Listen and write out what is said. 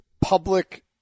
public –